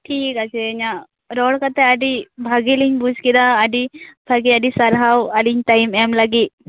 ᱴᱷᱤᱠ ᱟᱪᱷᱮ ᱤᱧᱟᱹᱜ ᱨᱚᱲ ᱠᱟᱛᱮ ᱟᱹᱰᱤ ᱵᱷᱟᱜᱮ ᱞᱤᱧ ᱵᱩᱡᱽ ᱠᱮᱫᱟ ᱟᱹᱰᱤ ᱵᱷᱟᱜᱮ ᱟᱹᱰᱤ ᱥᱟᱨᱦᱟᱣ ᱟᱹᱞᱤᱧ ᱴᱟᱭᱤᱢ ᱮᱢ ᱞᱟ ᱜᱤᱫ